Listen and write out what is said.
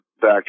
back